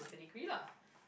degree lah